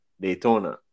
Daytona